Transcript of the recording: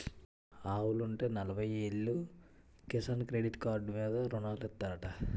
ఆవులుంటే నలబయ్యేలు Kisan credit card మీద రుణాలిత్తనారంటా